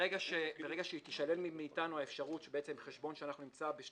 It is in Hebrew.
ברגע שתישלל מאתנו האפשרות שנוכל לבצע את בחשבון שנמצא בנאמנות